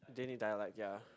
didn't he die like ya